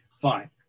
fine